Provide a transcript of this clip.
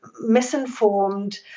misinformed –